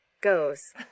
Goes